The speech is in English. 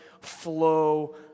flow